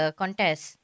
contest